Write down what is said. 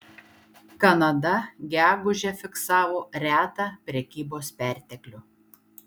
kanada gegužę fiksavo retą prekybos perteklių